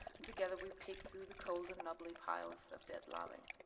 and together we pick through the cold and nubbly piles of dead larvae.